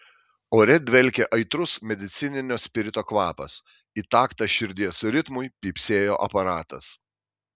ore dvelkė aitrus medicininio spirito kvapas į taktą širdies ritmui pypsėjo aparatas